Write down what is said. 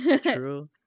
True